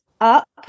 up